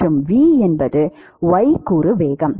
மற்றும் v என்பது y கூறு வேகம்